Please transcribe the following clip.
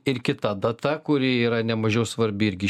ir kita data kuri yra nemažiau svarbi irgi